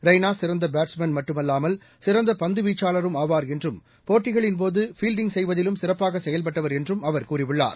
ரெய்னா சிறந்தபேட்ஸ்மென் மட்டுமல்லாமல் சிறந்தபந்துவீச்சாளரும் என்றும் ஆவார் போட்டிகளின் போது ஃபீல்டிங் செய்வதிலும் சிறப்பாகசெயல்பட்டவர் என்றும் அவர் கூறியுள்ளார்